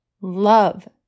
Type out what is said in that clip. love